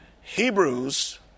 Hebrews